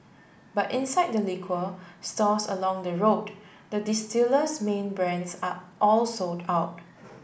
but inside the liquor stores along the road the distiller's main brands are all sold out